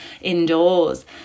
indoors